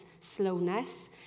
slowness